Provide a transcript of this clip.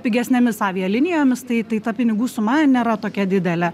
pigesnėmis avialinijomis tai tai ta pinigų suma nėra tokia didelė